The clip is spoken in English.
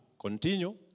Continue